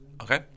okay